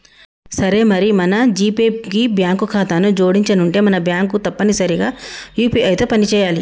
సరే మరి మన జీపే కి బ్యాంకు ఖాతాను జోడించనుంటే మన బ్యాంకు తప్పనిసరిగా యూ.పీ.ఐ తో పని చేయాలి